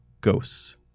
Ghosts